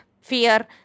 fear